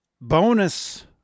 Bonus